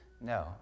no